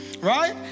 right